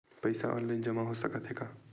पईसा ऑनलाइन जमा हो साकत हे का?